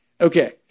Okay